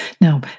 Now